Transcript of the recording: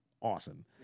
awesome